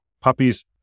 puppies